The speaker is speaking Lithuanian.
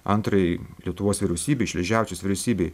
antrai lietuvos vyriausybei šleževičiaus vyriausybei